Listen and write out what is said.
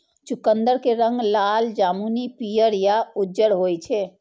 चुकंदर के रंग लाल, जामुनी, पीयर या उज्जर होइ छै